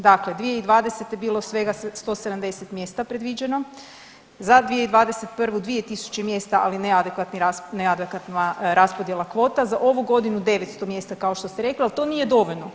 Dakle, 2020. je bilo svega 170 mjesta predviđeno, za 2021. 2.000 mjesta, ali neadekvatna raspodjela kvota, za ovu godinu 900 mjesta kao što ste rekli, ali to nije dovoljno.